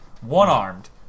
one-armed